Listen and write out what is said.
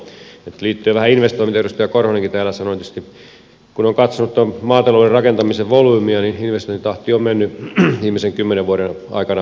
liittyen vähän investointeihin mistä edustaja korhonenkin täällä sanoi kun on katsonut maatalouden rakentamisen volyymiä niin investointitahti on mennyt viimeisen kymmenen vuoden aikana alaspäin